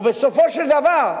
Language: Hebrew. ובסופו של דבר,